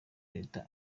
leta